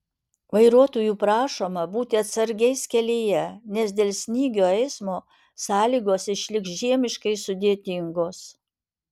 vairuotojų prašoma būti atsargiais kelyje nes dėl snygio eismo sąlygos išliks žiemiškai sudėtingos